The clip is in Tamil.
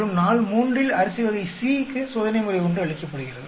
மற்றும் நாள் மூன்றில் அரிசி வகை C க்கு சோதனைமுறை ஒன்று அளிக்கப்படுகிறது